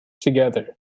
together